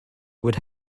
would